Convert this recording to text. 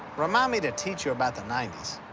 remind me to teach you about the ninety s.